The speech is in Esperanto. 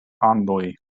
andoj